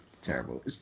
Terrible